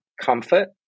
comfort